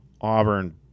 Auburn